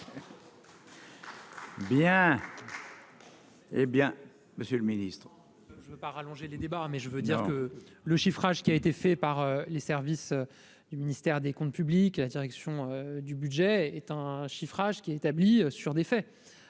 Hé bien, Monsieur le Ministre. Pas rallonger les débats, mais je veux dire que le chiffrage qui a été fait par les services du ministère des Comptes publics et la direction du budget est un chiffrage qui est établi sur des faits